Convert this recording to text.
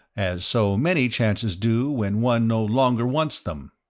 as so many chances do when one no longer wants them.